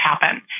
happen